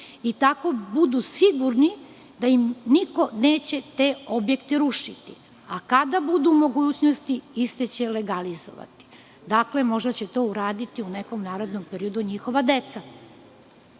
i tako budu sigurni da im niko neće te objekte rušiti, a kada budu u mogućnosti iste će legalizovati. Možda će to uraditi u nekom narednom periodu njihova deca. Oni